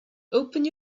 open